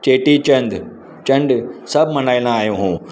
चेटीचंडु चंड सभु मल्हाईंदा आहियूं